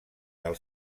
del